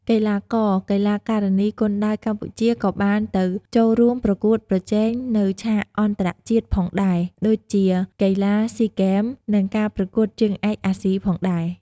កីឡាករ-កីឡាការិនីគុនដាវកម្ពុជាក៏បានទៅចូលរួមប្រកួតប្រជែងនៅឆាកអន្តរជាតិផងដែរដូចជា កីឡាស៊ីហ្គេម និងការប្រកួតជើងឯកអាស៊ីផងដែរ។